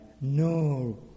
no